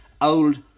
old